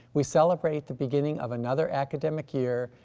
we celebrate the beginning of another academic year,